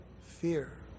fear